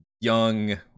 young